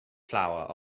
flour